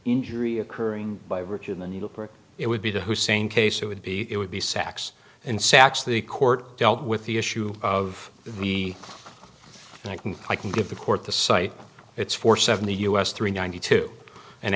injury occurring by virtue in the new it would be the hussein case it would be it would be sacks and sacks the court dealt with the issue of the and i can i can give the court the cite it's for seventy us three ninety two an